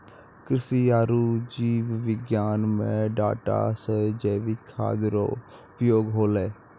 कृषि आरु जीव विज्ञान मे डाटा से जैविक खाद्य रो उपयोग होलै